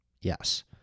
Yes